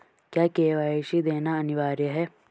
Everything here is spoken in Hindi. क्या के.वाई.सी देना अनिवार्य है?